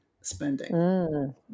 spending